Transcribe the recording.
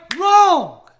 Wrong